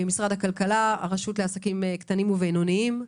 משרד הכלכלה, הרשות לעסקים קטנים ובינוניים,